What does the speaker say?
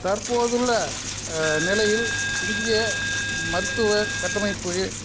தற்போதுள்ள நிலையில் இந்திய மருத்துவ கட்டமைப்புடைய